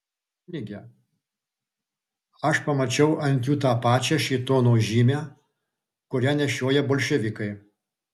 kunige aš pamačiau ant jų tą pačią šėtono žymę kurią nešioja bolševikai